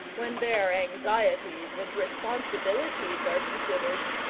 when their anxieties and responsibilities are considered,